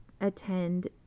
attend